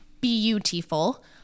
beautiful